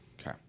Okay